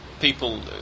people